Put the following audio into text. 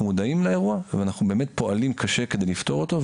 אנחנו מודעים לאירוע ואנחנו באמת פועלים קשה כדי לפתור אותו.